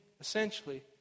essentially